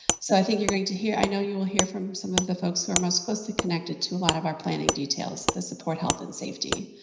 so i think you're going to hear, i know you will hear from some of the folks who are most closely connected to a lot of our planning details the support health and safety.